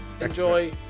Enjoy